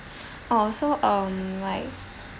oh so um like